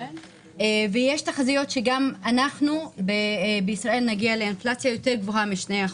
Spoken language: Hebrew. ויש תחזיות שגם אנחנו בישראל נגיע לאינפלציה יותר גבוהה מ-2%.